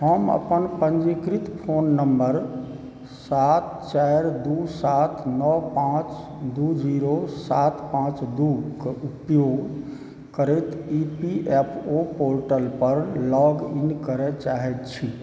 हम अपन पञ्जीकृत फोन नम्बर सात चारि दू सात नओ पाँच दू जीरो सात पाँच दूकऽ उपयोग करैत E P F O portal पर लॉगिन करय चाहैत छी